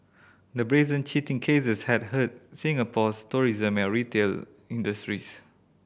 the brazen cheating cases had hurt Singapore's tourism and retail industries